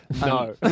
No